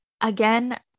Again